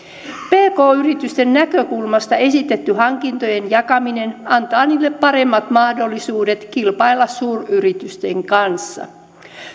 pk yritysten näkökulmasta esitetty hankintojen jakaminen antaa niille paremmat mahdollisuudet kilpailla suuryritysten kanssa